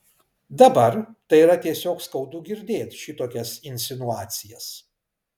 dabar tai yra tiesiog skaudu girdėt šitokias insinuacijas